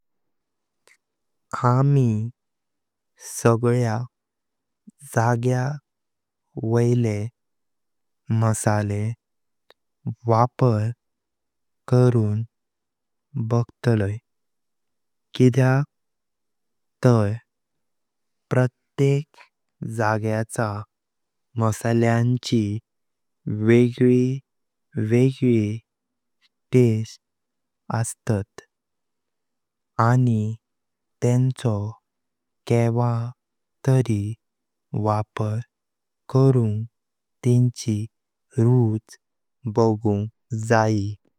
आमि सगळ्या जागा वैले मसाले वापर करून बघतालय किद्याक तर पत्रेक जाग्याचा मसाल्यांची वेगळी वेगळी टेस्ट असतात आनी तेंचो केवा तरी वापर करुंग तेंची रुच बघुंग जाय।